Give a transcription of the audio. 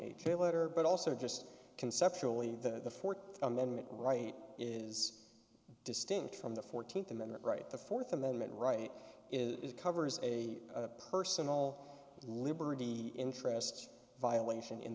trailer but also just conceptually that the fourth amendment right is distinct from the fourteenth amendment right the fourth amendment right is covers a personal liberty interest violation in